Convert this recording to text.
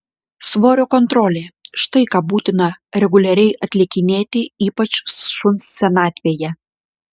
svorio kontrolė štai ką būtina reguliariai atlikinėti ypač šuns senatvėje